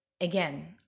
Again